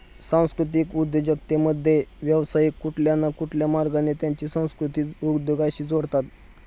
सांस्कृतिक उद्योजकतेमध्ये, व्यावसायिक कुठल्या न कुठल्या मार्गाने त्यांची संस्कृती उद्योगाशी जोडतात